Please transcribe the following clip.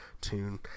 tune